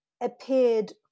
appeared